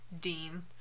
dean